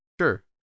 sure